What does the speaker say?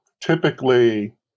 typically